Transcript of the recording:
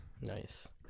Nice